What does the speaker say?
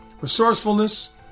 Resourcefulness